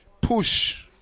push